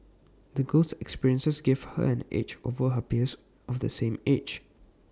the girl's experiences gave her an edge over her peers of the same age